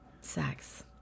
sex